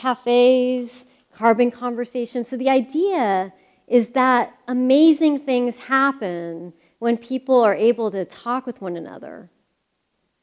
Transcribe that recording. cafes carbon conversation so the idea is that amazing things happen when people are able to talk with one another